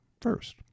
first